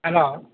hello